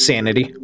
Sanity